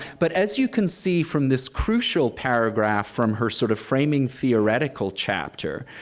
but as you can see from this crucial paragraph from her sort of framing, theoretical chapter,